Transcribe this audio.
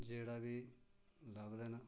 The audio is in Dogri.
जेह्ड़ा बी लभदे न